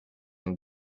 and